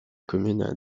commune